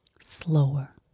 slower